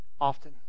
often